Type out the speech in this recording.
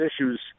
issues